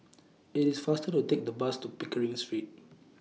IS IT faster to Take The Bus to Pickering Street